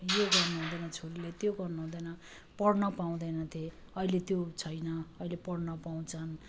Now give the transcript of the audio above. यो गर्नु हुँदैन छोरीले त्यो गर्नु हुँदैन पढ्न पाउँदैन थिए अहिले त्यो छैन अहिले पढ्न पाउँछन्